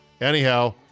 Anyhow